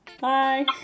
Bye